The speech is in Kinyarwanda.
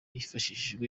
yifashishije